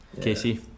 Casey